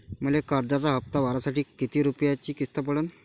मले कर्जाचा हप्ता भरासाठी किती रूपयाची किस्त पडन?